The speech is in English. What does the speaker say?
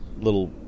little